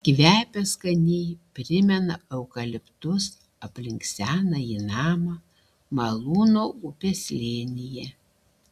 kvepia skaniai primena eukaliptus aplink senąjį namą malūno upės slėnyje